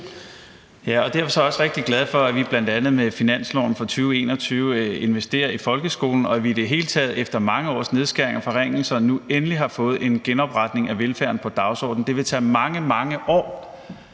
Og derfor er vi også rigtig glade for, at vi bl.a. med finansloven for 2021 investerer i folkeskolen, og at vi i det hele taget efter mange års nedskæringer og forringelser nu endelig har fået en genopretning af velfærden på dagsordenen. Det vil tage mange, mange år